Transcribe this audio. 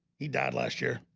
he died last year